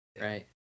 Right